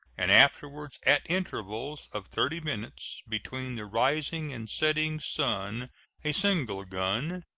and afterwards at intervals of thirty minutes between the rising and setting sun a single gun,